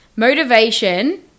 Motivation